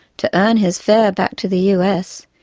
to earn his fare back to the us,